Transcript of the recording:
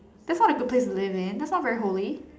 that is not a good place to live in that is not very holy